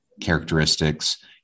characteristics